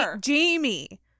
Jamie